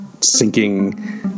sinking